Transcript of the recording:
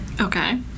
Okay